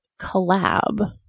collab